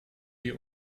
wir